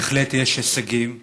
בהחלט יש הישגים,